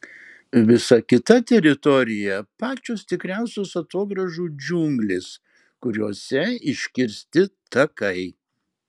visa kita teritorija pačios tikriausios atogrąžų džiunglės kuriose iškirsti takai